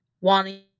wanting